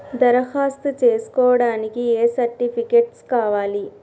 దరఖాస్తు చేస్కోవడానికి ఏ సర్టిఫికేట్స్ కావాలి?